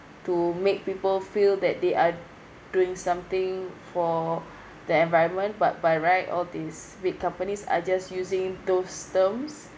to make people feel that they are doing something for the environment but by right all these big companies are just using those terms